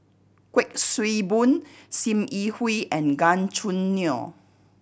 Kuik Swee Boon Sim Yi Hui and Gan Choo Neo